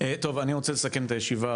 אני רוצה לסכם את הישיבה.